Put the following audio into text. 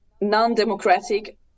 non-democratic